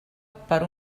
per